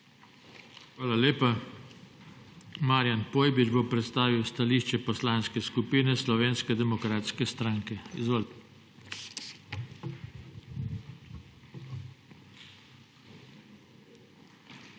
Hvala lepa. Marijan Pojbič bo predstavil stališče Poslanske skupine Slovenske demokratske stranke. Izvoli. MARIJAN